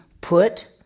put